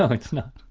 ah it's not.